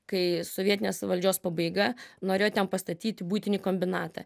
kai sovietinės valdžios pabaiga norėjo ten pastatyt buitinį kombinatą